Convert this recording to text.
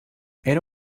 era